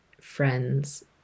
friends